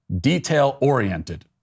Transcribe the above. detail-oriented